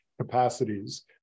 capacities